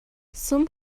сүм